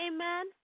Amen